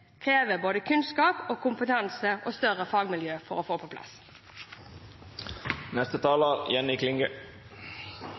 krever både kunnskap og kompetanse og større fagmiljø for å få på plass.